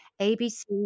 ABC